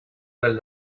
del